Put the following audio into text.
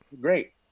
Great